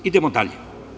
Idemo dalje.